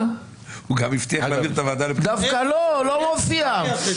דווקא לא, לא מופיע.